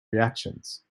reactions